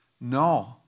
no